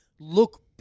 Look